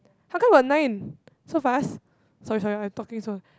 how come got nine so fast sorry sorry I talking so